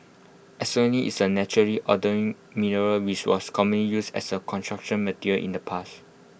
is A naturally mineral which was commonly used as A Construction Material in the past